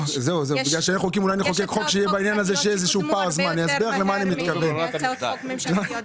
יש הצעות חוק פרטיות שקודמו הרבה יותר מהר מהצעות חוק ממשלתיות,